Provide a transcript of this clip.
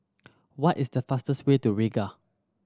what is the fastest way to Riga